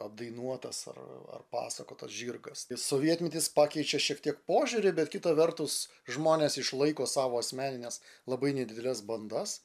apdainuotas ar ar pasakotas žirgas sovietmetis pakeičia šiek tiek požiūrį bet kita vertus žmonės išlaiko savo asmenines labai nedideles bandas